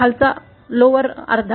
खालच lower अर्धा